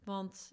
Want